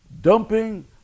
dumping